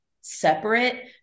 separate